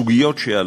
הסוגיות שעלו,